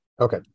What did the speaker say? Okay